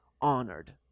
honored